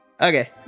Okay